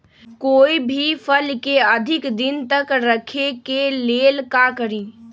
कोई भी फल के अधिक दिन तक रखे के ले ल का करी?